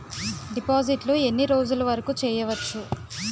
డిపాజిట్లు ఎన్ని రోజులు వరుకు చెయ్యవచ్చు?